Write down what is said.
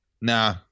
Nah